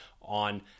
on